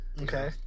Okay